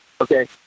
Okay